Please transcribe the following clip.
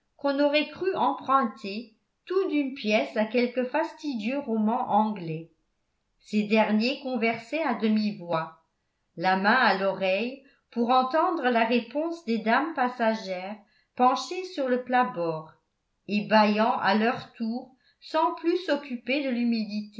empruntés tout d'une pièce à quelque fastidieux roman anglais ces derniers conversaient à demi-voix la main à l'oreille pour entendre la réponse des dames passagères penchées sur le plat-bord et bâillant à leur tour sans plus s'occuper de l'humidité